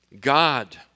God